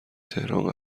تهران